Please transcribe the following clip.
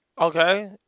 Okay